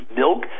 milk